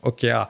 Okay